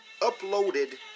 uploaded